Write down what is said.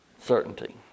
Certainty